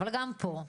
אבל גם פה,